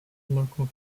local